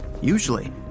usually